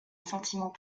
sentiment